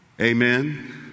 Amen